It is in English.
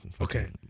Okay